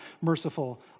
merciful